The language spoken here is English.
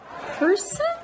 person